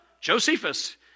Josephus